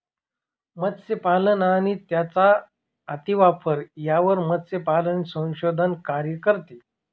मत्स्यपालन आणि त्यांचा अतिवापर यावर मत्स्यपालन संशोधन कार्य करते